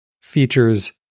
features